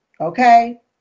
Okay